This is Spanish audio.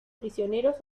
prisioneros